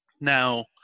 Now